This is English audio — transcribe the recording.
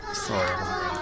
sorry